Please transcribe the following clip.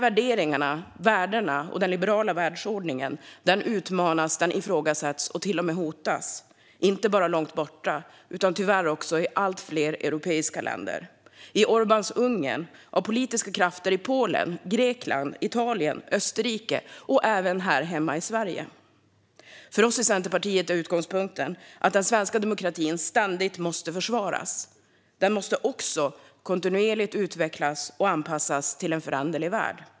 Värderingarna, värdena och den liberala världsordningen utmanas, ifrågasätts och till och med hotas, inte bara långt borta utan tyvärr också i allt fler europeiska länder - i Orbáns Ungern och av politiska krafter i Polen, i Grekland, i Italien, i Österrike och även här hemma i Sverige. För oss i Centerpartiet är utgångspunkten att den svenska demokratin ständigt måste försvaras. Den måste också kontinuerligt utvecklas och anpassas till en föränderlig värld.